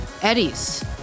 Eddie's